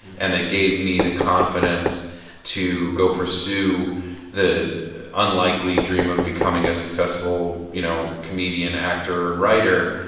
and it gave me the confidence to go pursue the unlikely dream of becoming a successful, you know, comedian, actor and writer.